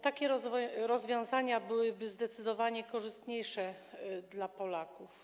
Takie rozwiązania byłyby zdecydowanie korzystniejsze dla Polaków.